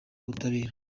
ubutabera